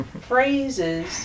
phrases